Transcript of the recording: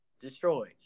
Destroyed